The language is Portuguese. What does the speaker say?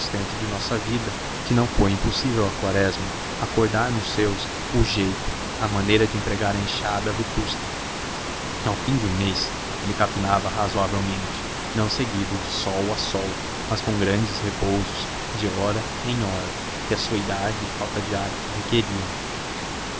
sustento de nossa vida que não foi impossível a quaresma acordar nos seus o jeito a maneira de empregar a enxada vetusta ao fim de um mês ele capinava razoavelmente não seguido de sol a sol mas com grandes repousos de hora em hora que a sua idade e falta de hábito requeriam